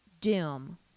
Doom